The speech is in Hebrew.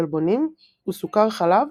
חלבונים וסוכר חלב,